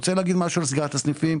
אני רוצה לומר משהו על סגירת הסניפים.